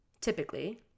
typically